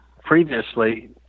previously